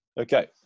Okay